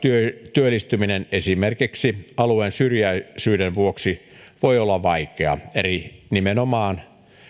työllistyminen esimerkiksi alueen syrjäisyyden vuoksi voi olla vaikeaa eli nimenomaan